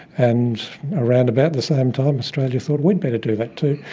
and around about the same time australia thought we'd better do that too,